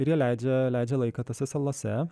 ir jie leidžia leidžia laiką tose salose